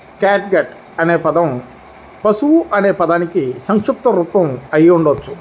catgut అనే పదం పశువు అనే పదానికి సంక్షిప్త రూపం అయి ఉండవచ్చు